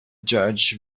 judge